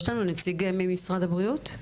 יש נציג ממשרד הבריאות?